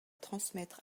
transmettre